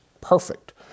perfect